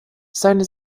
seine